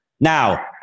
now